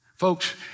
Folks